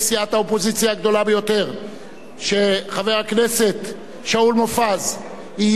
ביותר שחבר הכנסת שאול מופז יהיה לראש האופוזיציה,